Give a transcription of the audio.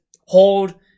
hold